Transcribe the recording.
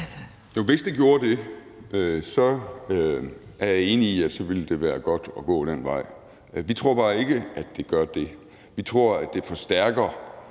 hvis det gjorde det, så er jeg enig i, at det ville være godt at gå den vej. Vi tror bare ikke, at det gør det. Vi tror, at det forstærker